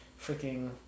freaking